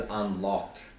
unlocked